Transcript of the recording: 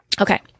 Okay